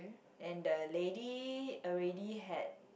and the lady already had